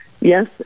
yes